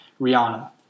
Rihanna